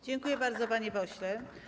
Dziękuję bardzo, panie pośle.